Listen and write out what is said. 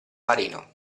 marino